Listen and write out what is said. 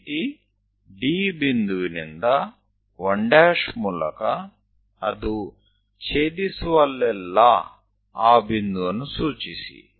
એ જ રીતે બિંદુ D થી 1 માંથી જ્યાં પણ તે છેદે છે તે બિંદુને નામ આપો